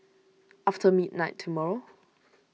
after midnight tomorrow